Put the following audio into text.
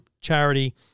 charity